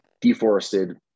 deforested